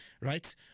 right